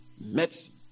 medicine